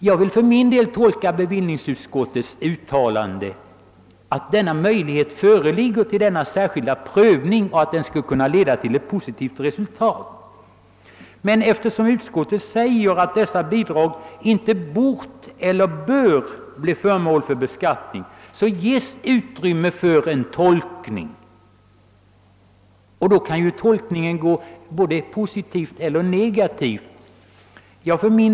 Jag vill för min del tolka bevillningsutskottets uttalande som om denna möjlighet till särskild prövning föreligger och som om denna prövning skulle kunna leda till positivt resultat. Men eftersom utskottet säger att dessa bidrag »inte bort eller bör» bli föremål för beskattning ges utrymme för en tolkning som kan gå både i positiv och negativ riktning.